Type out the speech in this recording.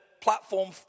platform